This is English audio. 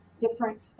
different